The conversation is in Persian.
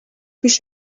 پیش